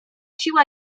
siła